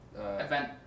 Event